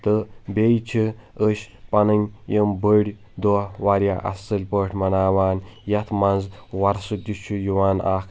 تہٕ بیٚیہِ چھِ أسۍ پنٕنۍ یِم بٔڑۍ دۄہ واریاہ اصل پٲٹھۍ مناوان یتھ منٛز وۄرثہٕ تہِ چھِ یِوان اکھ